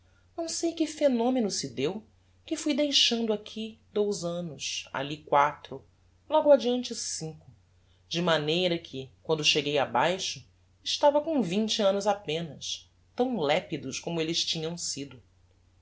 não sei que phenomeno se deu que fui deixando aqui dous annos alli quatro logo adiante cinco de maneira que quando cheguei abaixo estava com vinte annos apenas tão lépidos como elles tinham sido